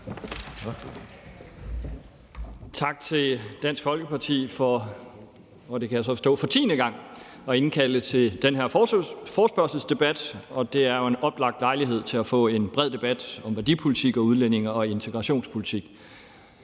Tak til Dansk Folkeparti for – kan jeg så forstå – for tiende gang at indkalde til den her forespørgselsdebat. Det er jo en oplagt lejlighed til at få en bred debat om værdipolitik og udlændinge- og integrationspolitik.